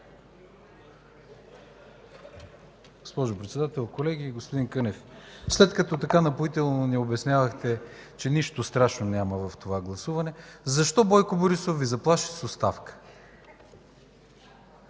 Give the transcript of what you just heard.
Господин Кънев, след като така напоително ни обяснявахте, че нищо страшно няма в това гласуване, защо Бойко Борисов Ви заплаши с оставка?